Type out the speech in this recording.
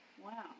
Wow